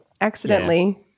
accidentally